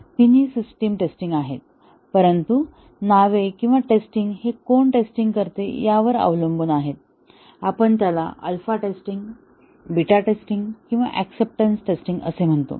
तिन्ही system testing आहेत परंतु नावे किंवा टेस्टिंग हे कोण टेस्टिंग करते यावर अवलंबून आहे आपण त्याला अल्फा टेस्टिंग बीटा टेस्टिंग किंवा ऍक्सेप्टन्स टेस्टिंग असे म्हणतो